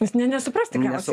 jis ne ne nesupras tikriausiai